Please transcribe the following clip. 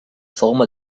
forma